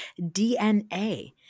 DNA